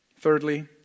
Thirdly